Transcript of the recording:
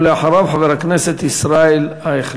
ואחריו, חבר הכנסת ישראל אייכלר.